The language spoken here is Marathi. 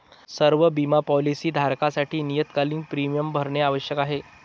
सर्व बिमा पॉलीसी धारकांसाठी नियतकालिक प्रीमियम भरणे आवश्यक आहे